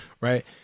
Right